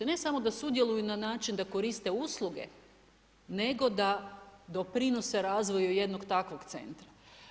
Ne samo da sudjeluju na način da koriste usluge nego da doprinose razvoju jednog takvog centra.